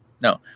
No